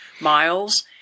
miles